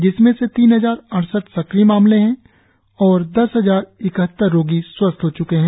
जिसमें से तीन हजार अड़सठ सक्रिय मामले है और दस हजार इकहत्तर रोगी स्वस्थ हो चुके है